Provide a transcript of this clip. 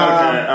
Okay